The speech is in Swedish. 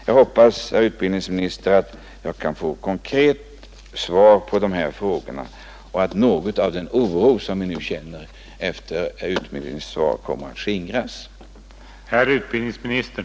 Jag hoppas, herr utbildningsminister, att jag kan få konkreta svar på dessa frågor och att något av den oro vi nu känner efter statsrådets interpellationssvar då kommer att skingras.